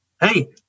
hey